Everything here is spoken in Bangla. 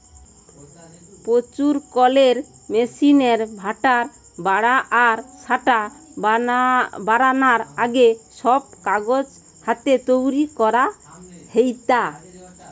প্রচুর কলের মেশিনের ব্যাভার বাড়া আর স্যাটা বারানার আগে, সব কাগজ হাতে তৈরি করা হেইতা